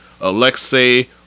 Alexei